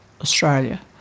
Australia